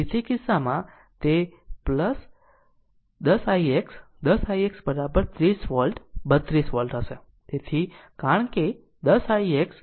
તેથી તે કિસ્સામાં તે 10 ix 10 ix 30 વોલ્ટ 32 વોલ્ટ હશે